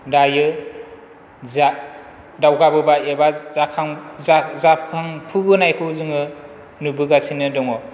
दायो जा दावगाबोबाय एबा जाखां जा जाखांफु बोनायखौ जोङो नुबोगासिनो दङ